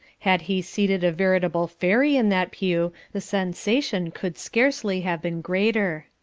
had he seated a veritable fairy in that pew the sensation could scarcely have been greater.